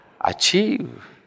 achieve